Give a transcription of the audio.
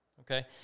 Okay